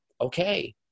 okay